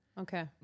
okay